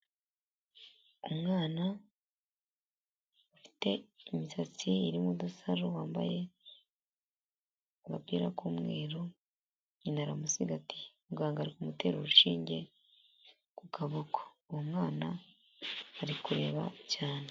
Umwana ufite imisatsi irimo udusaro wambaye agapira k'umweru nyina aramusigatiye mugangaga arikumutera urushinge ku kaboko uwo mwana ari kureba cyane.